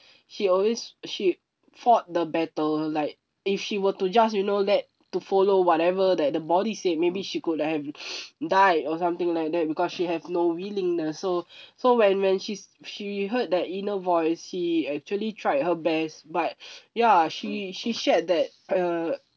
she always she fought the battle like if she were to just you know that to follow whatever that the body said maybe she could have died or something like that because she has no willingness so so when when she's she heard that inner voice she actually tried her best but ya she she shared that uh